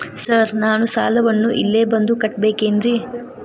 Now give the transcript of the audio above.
Sir ನಾನು ಸಾಲವನ್ನು ಇಲ್ಲೇ ಬಂದು ಕಟ್ಟಬೇಕೇನ್ರಿ?